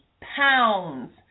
pounds